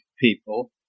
people